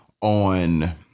on